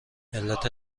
علت